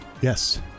Yes